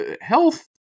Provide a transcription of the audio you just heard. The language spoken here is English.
health